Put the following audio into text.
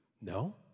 No